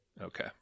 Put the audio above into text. Okay